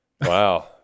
Wow